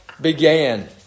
began